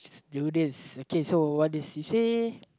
you this okay so what did she say